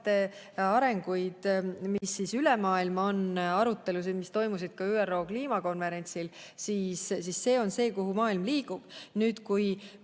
arenguid, mis üle maailma on, arutelusid, mis toimusid ka ÜRO kliimakonverentsil, siis see on see, kuhu maailm liigub. Kui